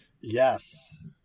Yes